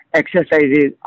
exercises